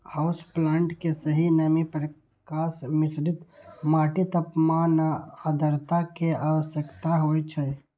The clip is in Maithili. हाउस प्लांट कें सही नमी, प्रकाश, मिश्रित माटि, तापमान आ आद्रता के आवश्यकता होइ छै